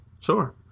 Sure